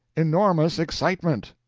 enormous excitement!